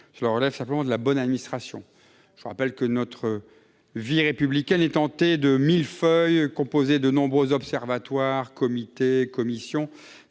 Cela relève simplement de la bonne administration. Je rappelle que notre vie républicaine est hantée de millefeuilles composés de nombreux observatoires, comités ou commissions